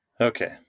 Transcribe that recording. Okay